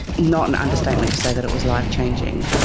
not an understatement to say that it was life changing.